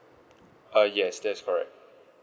uh yes that's correct